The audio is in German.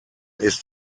ist